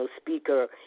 speaker